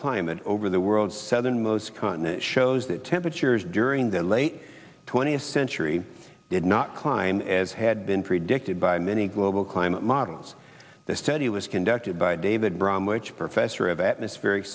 climate over the world southern most continent shows that temperatures during the late twentieth century did not climb as had been predicted by many global climate models the study was conducted by david bromwich professor of atmospheric